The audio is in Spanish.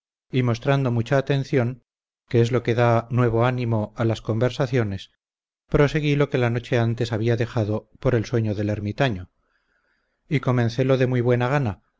y mostrando mucha atención que es lo que da nuevo ánimo a las conversaciones proseguí lo que la noche antes había dejado por el sueño del ermitaño y comencelo de muy buena gana